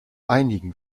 einigen